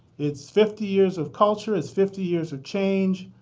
it's fifty years of culture. it's fifty years of change,